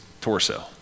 torso